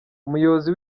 umuyobozi